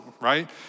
right